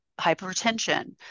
hypertension